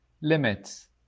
Limits